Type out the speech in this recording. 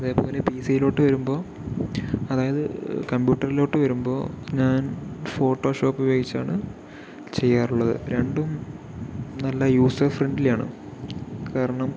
അതേപോലെ പി സ് സി യിലേക്ക് വരുമ്പോൾ അതായത് കംപ്യൂട്ടറിലോട്ട് വരുമ്പോൾ ഞാൻ ഫോട്ടോ ഷോപ്പ് ഉപയോഗിച്ചാണ് ചെയ്യാറുള്ളത് രണ്ടും നല്ല ഫ്രണ്ട്ലി ആണ് കാരണം